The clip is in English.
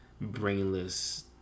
brainless